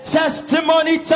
testimony